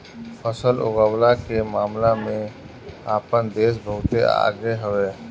फसल उगवला के मामला में आपन देश बहुते आगे हवे